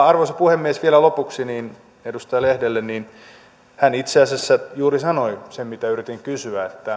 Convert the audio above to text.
arvoisa puhemies vielä lopuksi edustaja lehdelle hän itse asiassa juuri sanoi sen mitä yritin kysyä